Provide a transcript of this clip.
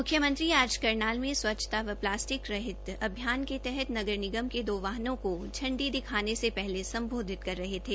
मुख्यमंत्री आज करनाल मे स्वच्छता प्लास्टिक रहित अभियान के तहत नगर निगम के दो वाहनों को झंडी दिखाने से पहले सम्बोधित कर रहे थे